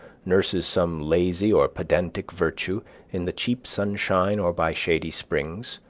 nurses some lazy or pedantic virtue in the cheap sunshine or by shady springs,